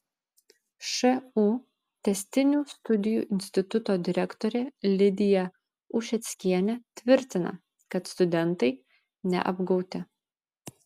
šu tęstinių studijų instituto direktorė lidija ušeckienė tvirtina kad studentai neapgauti